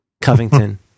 covington